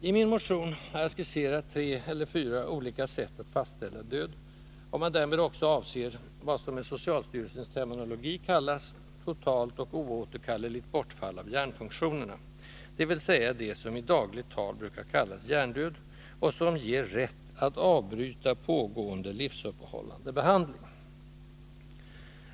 I min motion har jag skisserat tre — eller fyra — olika sätt att fastställa död — om man därmed också avser vad som med socialstyrelsens terminologi kallas ”totalt och oåterkalleligt bortfall av hjärnfunktionerna”, dvs. det som i dagligt tal brukar kallas ”hjärndöd” och som ger läkare rätt att avbryta pågående livsuppehållande behandling.